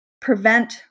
prevent